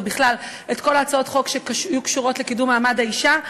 ובכלל את כל הצעות החוק שהיו קשורות לקידום מעמד האישה,